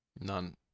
None